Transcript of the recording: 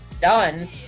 done